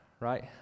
right